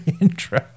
intro